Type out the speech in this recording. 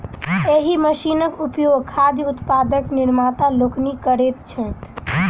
एहि मशीनक उपयोग खाद्य उत्पादक निर्माता लोकनि करैत छथि